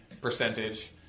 percentage